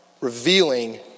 revealing